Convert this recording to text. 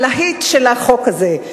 הלהיט של החוק הזה,